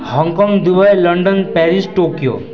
Hong Kong Dubai London Paris Tokyo